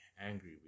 angry